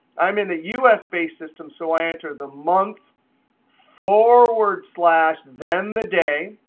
i'm in the us-based system, so i enter the month forward slash then the day.